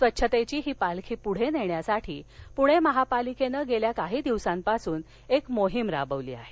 स्वच्छतेची ही पालखी पुढे नेण्यासाठी पुणे महापालिकेनं गेल्या काही दिवसांपासून एक मोहीम राबवली आहे